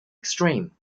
extreme